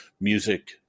music